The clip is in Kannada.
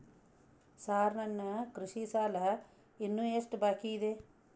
ಸಾರ್ ನನ್ನ ಕೃಷಿ ಸಾಲ ಇನ್ನು ಎಷ್ಟು ಬಾಕಿಯಿದೆ?